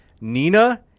nina